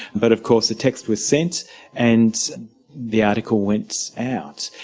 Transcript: but of course the text was sent and the article went out.